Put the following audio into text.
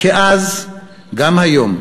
כאז, גם היום.